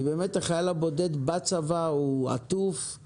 כי באמת חייל בודד בצבא הוא עטוף,